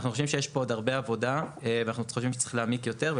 אנחנו חושבים שיש פה עוד הרבה עבודה ואנחנו חושבים שצריך להעמיק יותר.